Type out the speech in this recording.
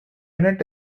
unit